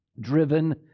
driven